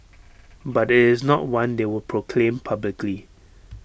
but IT is not one they will proclaim publicly